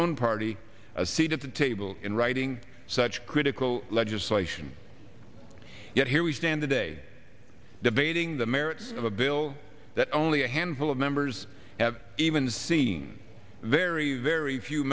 own party a seat at the table in writing such critical legislation yet here we stand today debating the merits of a bill that only a handful of members have even seen very very few